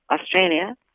Australia